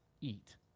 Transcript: eat